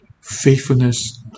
Faithfulness